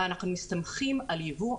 אנחנו מסתמכים על יבוא,